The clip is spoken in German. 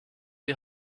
die